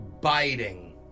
biting